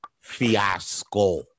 fiasco